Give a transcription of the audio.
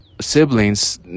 siblings